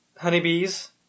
honeybees